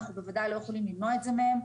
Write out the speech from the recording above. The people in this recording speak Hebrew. אנחנו בוודאי לא יכולים למנוע את זה מהם.